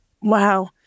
Wow